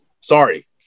Sorry